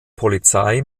polizei